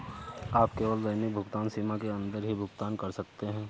आप केवल दैनिक भुगतान सीमा के अंदर ही भुगतान कर सकते है